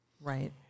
Right